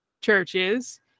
churches